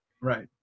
Right